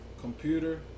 computer